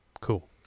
Cool